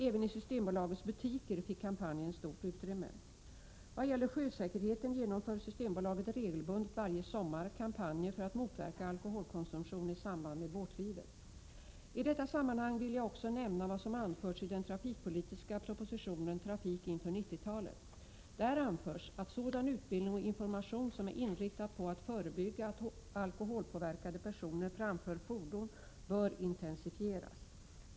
Även i Systembolagets butiker fick kampanjen stort utrymme. Vad gäller sjösäkerheten genomför Systembolaget regelbundet varje sommar kampanjer för att motverka alkoholkonsumtion i samband med båtlivet. I detta sammanhang vill jag också nämna vad som anförts i den trafikpolitiska propositionen Trafik inför 90-talet . Där anförs att sådan utbildning och information som är inriktad på att förebygga att alkoholpåverkade personer framför fordon bör intensifieras.